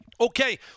Okay